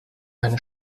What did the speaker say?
eine